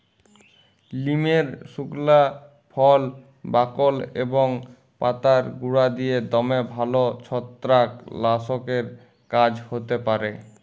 লিমের সুকলা ফল, বাকল এবং পাতার গুঁড়া দিঁয়ে দমে ভাল ছত্রাক লাসকের কাজ হ্যতে পারে